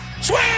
Swing